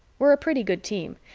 we're a pretty good team,